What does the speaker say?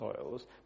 soils